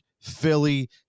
Philly